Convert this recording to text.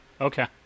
Okay